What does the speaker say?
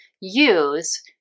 use